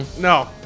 no